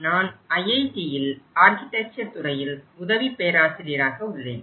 நான் ஐஐடி ரூர்கேயில் கட்டிடக்கலை மற்றும் திட்டமிடல் துறை உதவி பேராசிரியராக உள்ளேன்